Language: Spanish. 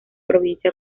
provincia